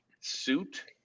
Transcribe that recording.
suit